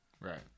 right